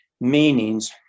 meanings